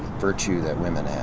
virtue, that women have?